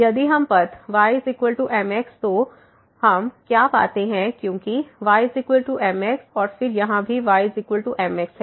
यदि हम पथ ymx तो हम क्या पाते हैं क्योंकि ymx और फिर यहाँ भी ymx है